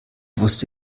wusste